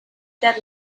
that